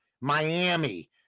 Miami